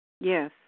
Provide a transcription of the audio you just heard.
Yes